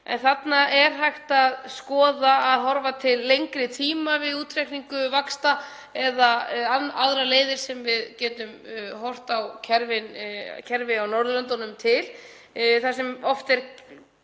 en þarna er hægt að skoða að horfa til lengri tíma við útreikning vaxta eða aðrar leiðir þar sem við getum horft til kerfa á Norðurlöndunum, þar sem oft eru